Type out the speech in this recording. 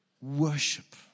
worship